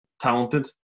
talented